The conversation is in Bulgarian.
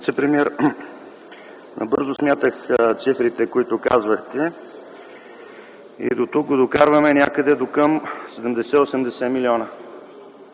вицепремиер, набързо сметнах цифрите, които казвахте и дотук го докарваме някъде до към 70-80 милиона.